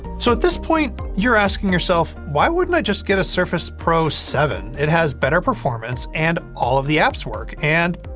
so, at this point, you're asking yourself, why wouldn't i just get a surface pro seven? it has better performance, and all of the apps work. and,